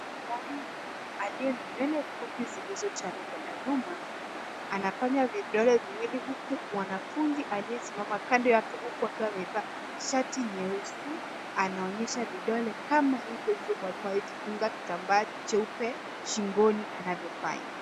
Mwalimu aliye na nywele fupi zilizochanwa kwenda nyuma anafanya vidole viwili huku mwanafunzi aliyesimama kando yake huku akiwa amevaa shati nyeusi anaonyesha vidole kama hivyohivyo mwalimu aliyejifunga kitambaa cheupe shingoni anavyofanya.